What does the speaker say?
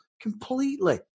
completely